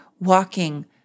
walking